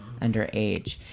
underage